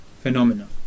phenomena